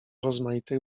rozmaitych